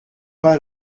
pas